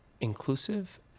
Inclusive